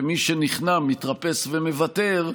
ומי שנכנע, מתרפס ומוותר,